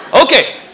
Okay